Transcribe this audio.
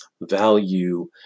value